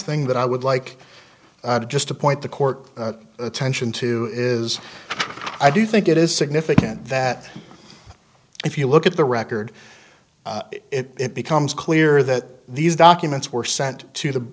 thing that i would like to just appoint the court attention to is i do think it is significant that if you look at the record it becomes clear that these documents were sent to the